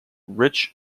rich